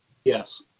yes.